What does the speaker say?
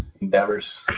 endeavors